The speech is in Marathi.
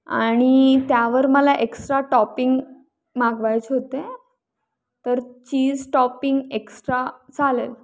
आणि त्यावर मला एक्स्ट्रा टॉपिंग मागवायचे होते तर चीज टॉपिंग एक्स्ट्रा चालेल